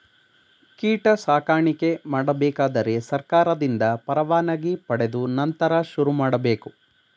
ಕೀಟ ಸಾಕಾಣಿಕೆ ಮಾಡಬೇಕಾದರೆ ಸರ್ಕಾರದಿಂದ ಪರವಾನಿಗೆ ಪಡೆದು ನಂತರ ಶುರುಮಾಡಬೇಕು